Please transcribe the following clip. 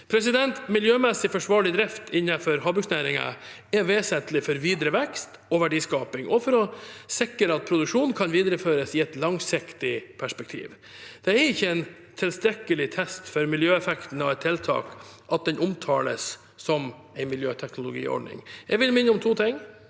valg på. Miljømessig forsvarlig drift innenfor havbruksnæringen er vesentlig for videre vekst og verdiskaping og for å sikre at produksjonen kan videreføres i et langsiktig perspektiv. Det er ikke en tilstrekkelig test for miljøeffekten av et tiltak at den omtales som en miljøteknologiordning. Jeg vil minne om to ting: